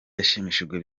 yashimishijwe